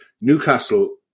Newcastle